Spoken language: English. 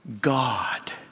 God